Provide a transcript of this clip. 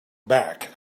back